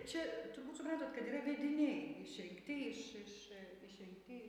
čia turbūt supratot kad yra vediniai išrinkti iš iš išrinkti iš